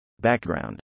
Background